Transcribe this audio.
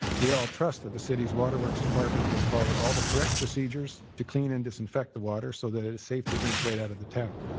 we all trust that the city's waterworks department has followed all the correct procedures to clean and disinfect the water so that it is safe to drink right out of the tap.